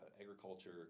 agriculture